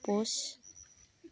ᱯᱳᱥ